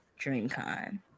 DreamCon